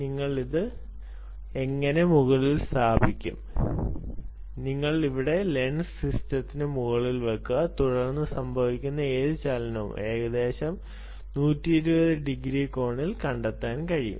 ഞങ്ങൾ അത് എങ്ങനെ മുകളിൽ സ്ഥാപിക്കും നിങ്ങൾ ഇവിടെ ലെൻസ് സിസ്റ്റത്തിന് മുകളിൽ വയ്ക്കുക തുടർന്ന് സംഭവിക്കുന്ന ഏത് ചലനവും ഏകദേശം 120 ഡിഗ്രി കോണിൽ കണ്ടെത്താൻ കഴിയും